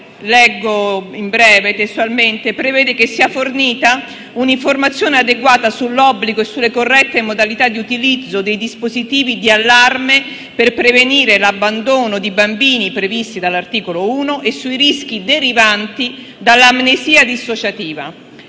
2 prevede, infatti, che sia fornita un'informazione adeguata sull'obbligo e sulle corrette modalità di utilizzo dei dispositivi di allarme per prevenire l'abbandono di bambini, previsti dall'articolo 1, e sui rischi derivanti dall'amnesia dissociativa.